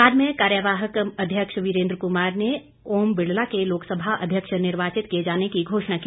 बाद में कार्यवाहक अध्यक्ष वीरेन्द्र कुमार ने ओम बिड़ला के लोकसभा अध्यक्ष निर्वाचित किए जाने की घोषणा की